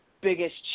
biggest